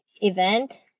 event